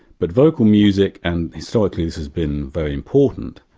but vocal music, and historically this has been very important